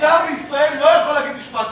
שר בישראל לא יכול להגיד משפט,